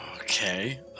Okay